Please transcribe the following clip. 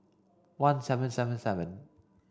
one seven seven seven